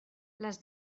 les